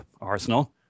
Arsenal